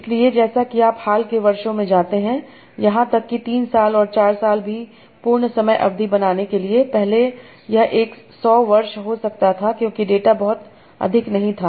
इसलिए जैसा कि आप हाल के वर्षों में जाते हैं यहां तक कि तीन साल और चार साल भी पूर्ण समय अवधि बनाने के लिए पहले यह एक साथ 100 वर्ष हो सकता था क्योंकि डेटा बहुत अधिक नहीं था